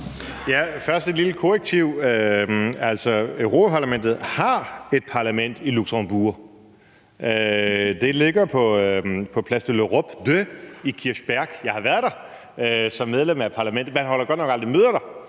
komme med et lille korrektiv. Altså, Europa-Parlamentet har et parlament i Luxembourg. Det ligger på 2 Place de l'Europe i Kirchberg. Jeg har været der som medlem af Parlamentet. Man holder godt nok aldrig møder der,